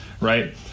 right